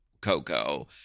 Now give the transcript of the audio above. Coco